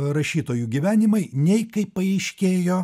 rašytojų gyvenimai nei kaip paaiškėjo